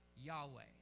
Yahweh